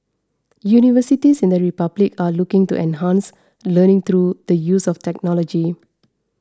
universities in the republic are looking to enhance learning through the use of technology